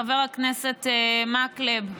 חבר הכנסת מקלב,